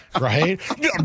right